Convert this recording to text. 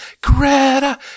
Greta